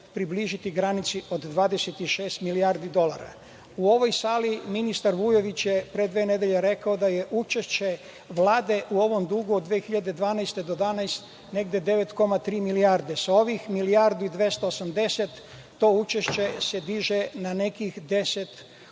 približiti granici od 26 milijardi dolara.U ovoj sali ministar Vujović je pre dve nedelje rekao da je učešće Vlade u ovom dugu od 2012. godine do danas negde 9,3 milijarde. Sa ovih milijardu i 280 to učešće se diže na nekih 10,5